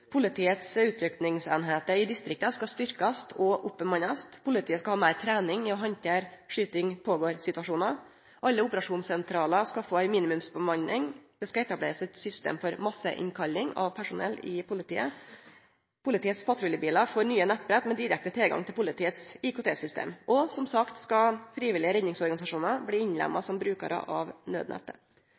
Politiets utrykkingseiningar i distrikta skal styrkast, og bemanninga skal aukast. Politiet skal ha meir trening i å handtere «skyting pågår»-situasjonar. Alle operasjonssentralane skal få ei minimumsbemanning. Det skal etablerast eit system for masseinnkalling av personell i politiet. Politiets patruljebilar får nye nettbrett med direkte tilgang til politiets IKT-system, og som sagt skal frivillige redningsorganisasjonar bli innlemma som brukarar av nødnettet.